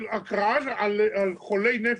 על חולי נפש.